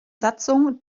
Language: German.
satzung